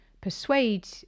persuade